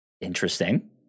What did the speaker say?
Interesting